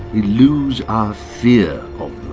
we lose our fear of